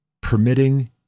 permitting